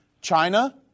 China